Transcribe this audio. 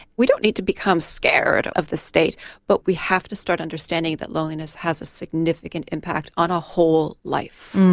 we don't need to become scared of the state but we have to start understanding that loneliness has a significant impact on our whole life.